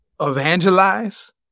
evangelize